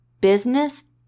business